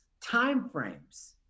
timeframes